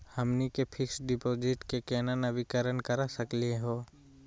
हमनी के fix deposit क केना नवीनीकरण करा सकली हो?